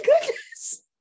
goodness